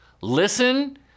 Listen